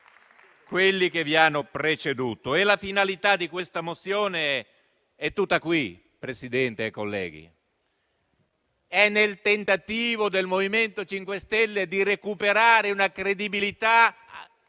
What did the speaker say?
a me. BALBONI *(FdI)*. La finalità di questa mozione è tutta qui, Presidente e colleghi: è nel tentativo del MoVimento 5 Stelle di recuperare una credibilità